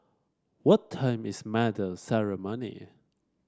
what time is medal ceremony